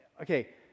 okay